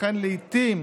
וכן לעיתים